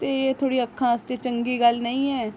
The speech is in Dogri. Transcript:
ते एह् थुआढ़ी अक्खां आस्तै चंगी गल्ल नेईं ऐ